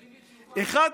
כן, התנועה הקיבוצית.